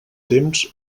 temps